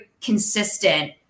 consistent